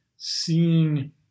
seeing